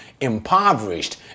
impoverished